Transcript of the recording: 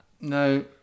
No